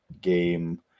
game